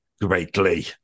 greatly